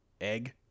Egg